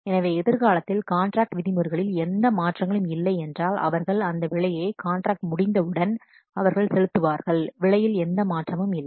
எனவே எதிர்காலத்தில் காண்ட்ராக்ட் விதிமுறைகளில் எந்த மாற்றங்களும் இல்லை என்றால் அவர்கள் அந்த விலையை காண்ட்ராக்ட் முடித்தவுடன் அவர்கள் செலுத்துவார்கள் விலையில் எந்த மாற்றமும் இல்லை